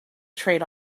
trade